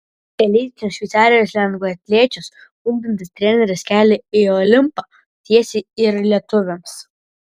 elitinius šveicarijos lengvaatlečius ugdantis treneris kelią į olimpą tiesia ir lietuvėms